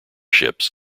ships